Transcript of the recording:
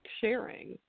sharing